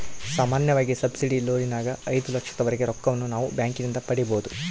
ಸಾಮಾನ್ಯವಾಗಿ ಸಬ್ಸಿಡಿ ಲೋನಿನಗ ಐದು ಲಕ್ಷದವರೆಗೆ ರೊಕ್ಕವನ್ನು ನಾವು ಬ್ಯಾಂಕಿನಿಂದ ಪಡೆಯಬೊದು